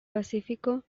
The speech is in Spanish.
pacífico